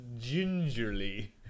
gingerly